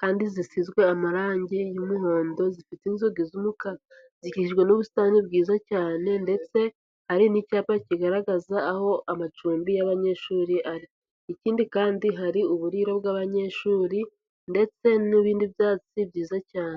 kandi zisizwe amarangi y'umuhondo, zifite inzugi z'umukara, zikikijwe n'ubusitani bwiza cyane, ndetse hari n'icyapa kigaragaza aho amacumbi y'abanyeshuri ari, ikindi kandi hari uburiro bw'abanyeshuri, ndetse n'ibindi byatsi byiza cyane.